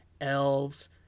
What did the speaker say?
elves